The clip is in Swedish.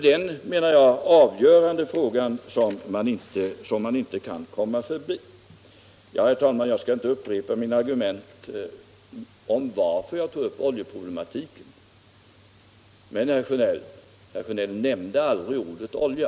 Denna avgörande fråga kan man inte komma förbi. Herr talman! Jag skall inte upprepa mina argument om varför jag tog upp oljeproblematiken. Men herr Sjönell nämnde aldrig ordet olja.